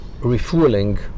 refueling